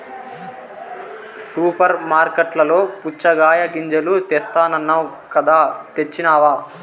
super మార్కట్లలో పుచ్చగాయ గింజలు తెస్తానన్నావ్ కదా తెచ్చినావ